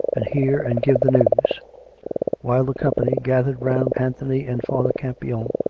and hear and give the news while the company, gathered round anthony and father campion,